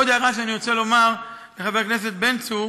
עוד דבר שאני רוצה לומר לחבר הכנסת בן צור: